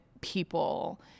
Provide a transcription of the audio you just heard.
people